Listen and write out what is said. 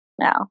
now